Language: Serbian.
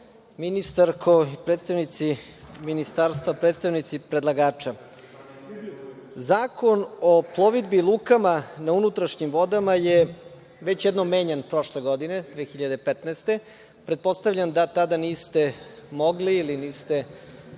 ministarko, predstavnici ministarstva, predstavnici predlagača, Zakon o plovidbi i lukama na unutrašnjim vodama je već jednom menjan prošle godine, 2015. godine. Pretpostavljam da tada niste mogli ili niste